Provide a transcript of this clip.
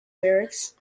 lyrics